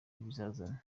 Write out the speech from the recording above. ibizazane